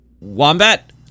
Wombat